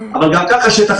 אבל גם ככה שטח,